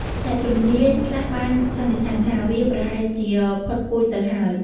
អ្នកជំនាញខ្លះបានសន្និដ្ឋានថា វាប្រហែលជា ផុតពូជទៅហើយ។